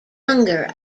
younger